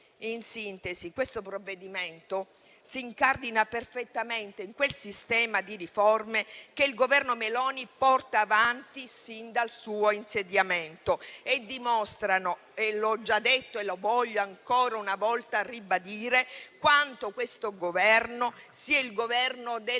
Presidente, questo provvedimento si incardina perfettamente in quel sistema di riforme che il Governo Meloni porta avanti sin dal suo insediamento che dimostra, come ho già detto e voglio ancora una volta ribadire, quanto questo Governo sia il Governo del